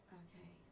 okay